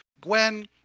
Gwen